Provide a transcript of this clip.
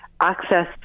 access